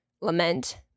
lament